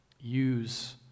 use